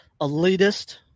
elitist